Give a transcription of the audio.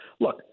look